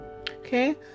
Okay